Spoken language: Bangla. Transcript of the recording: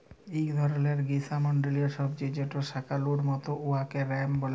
ইক ধরলের গিস্যমল্ডলীয় সবজি যেট শাকালুর মত উয়াকে য়াম ব্যলে